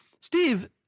Steve